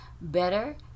Better